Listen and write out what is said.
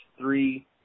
three